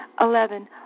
Eleven